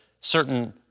certain